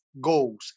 goals